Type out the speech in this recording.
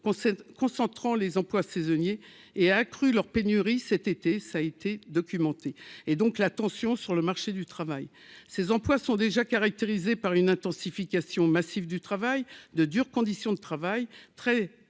concentrant les emplois saisonniers et accru leur pénurie cet été ça été documenté et donc la tension sur le marché du travail, ces emplois sont déjà caractérisé par une intensification massive du travail de dures conditions de travail très très mal